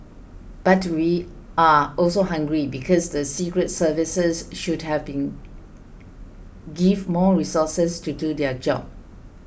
but we are also angry because the secret services should have been give more resources to do their job